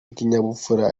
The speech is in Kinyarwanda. n’ikinyabupfura